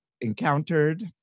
encountered